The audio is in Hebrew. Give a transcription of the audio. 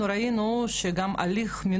למרות שאני זוכרת שבדיון נאמר שהכול מתועד,